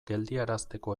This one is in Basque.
geldiarazteko